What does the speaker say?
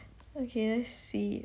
okay I see